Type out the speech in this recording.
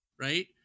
right